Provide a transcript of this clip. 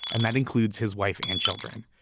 and that includes his wife and children.